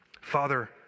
Father